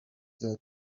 that